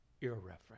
irreverent